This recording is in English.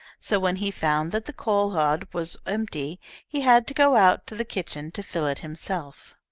so when he found that the coal-hod was empty he had to go out to the kitchen to fill it himself.